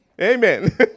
Amen